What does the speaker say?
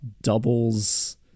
doubles